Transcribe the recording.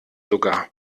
sogar